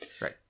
Right